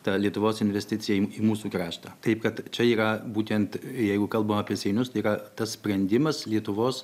ta lietuvos investicija į mūsų kraštą taip kad čia yra būtent jeigu kalbam apie seinus tai yra tas sprendimas lietuvos